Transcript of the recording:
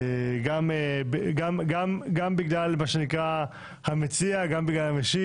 גם בגלל המציע גם בגלל המשיב,